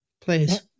Please